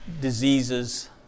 diseases